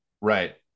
Right